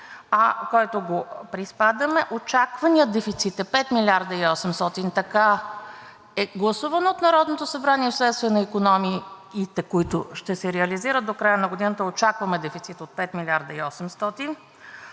който го приспадаме. Очакваният дефицит е 5 млрд. и 800 – така е гласувано от Народното събрание, вследствие на икономиите, които ще се реализират до края на годината, очакваме дефицит от 5 млрд. и 800.